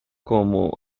como